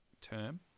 term